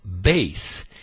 base